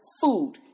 food